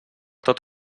tot